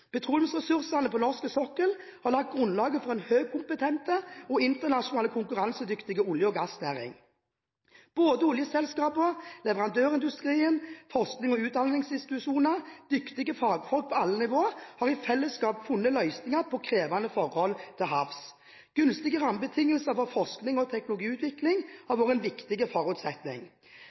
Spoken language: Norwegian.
Petroleumsressursene på norsk sokkel har lagt grunnlaget for en høykompetent og internasjonalt konkurransedyktig olje- og gassnæring. Både oljeselskaper, leverandørindustri, forsknings- og utdanningsinstitusjoner og dyktige fagfolk på alle nivåer har i fellesskap funnet løsninger på krevende forhold til havs. Gunstige rammebetingelser for forskning og teknologiutvikling har vært en viktig forutsetning.